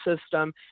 system